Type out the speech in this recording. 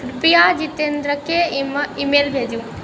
कृपया जितेन्द्रकेँ ईमेल भेजू